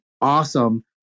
awesome